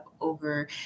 over